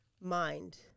mind